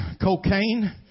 cocaine